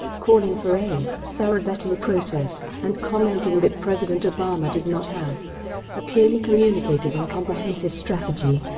calling for a thorough vetting process, and commenting that president obama did not have a clearly communicated and comprehensive strategy.